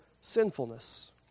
sinfulness